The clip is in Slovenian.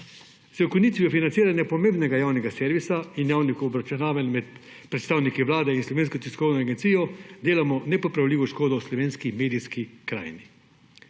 Z ukinitvijo financiranja pomembnega javnega servisa in javnimi obračunavanji med predstavniki Vlade in Slovensko tiskovno agencijo delamo nepopravljivo škodo slovenski medijski krajini.